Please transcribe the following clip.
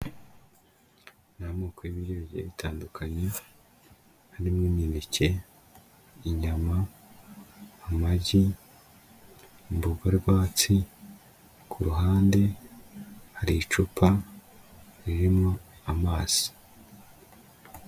Ni amoko y'ibiryo bigiye bitandukanye harimo imineke, inyama, amagi, imboga rwatsi, ku ruhande hari icupa ririmo amazi.